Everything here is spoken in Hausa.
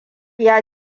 ya